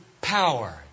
power